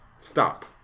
stop